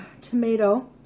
tomato